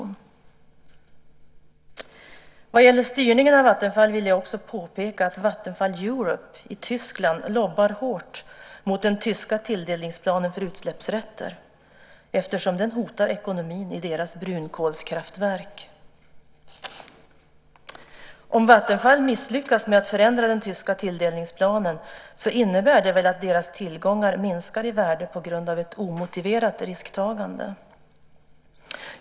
Vad gäller styrningen av Vattenfall vill jag också påpeka att Vattenfall Europe i Tyskland lobbar hårt mot den tyska tilldelningsplanen för utsläppsrätter, eftersom den hotar ekonomin i deras brunkolskraftverk. Om Vattenfall misslyckas med att förändra den tyska tilldelningsplanen innebär det väl att deras tillgångar minskar i värde på grund av ett omotiverat risktagande.